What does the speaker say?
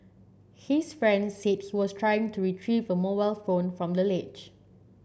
his friend said he was trying to retrieve a mobile phone from the ledge